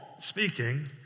speaking